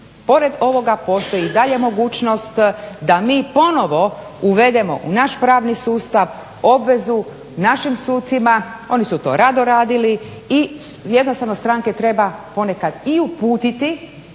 pored ovoga postoji i dalje mogućnost da mi ponovo uvedemo u naš pravni sustav obvezu našim sucima. Oni su to rado radili i jednostavno stranke treba ponekad i uputiti